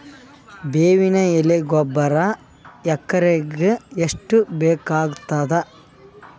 ಬೇವಿನ ಎಲೆ ಗೊಬರಾ ಎಕರೆಗ್ ಎಷ್ಟು ಬೇಕಗತಾದ?